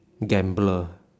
gambler